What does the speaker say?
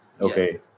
Okay